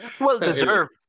Well-deserved